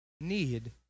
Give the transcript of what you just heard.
need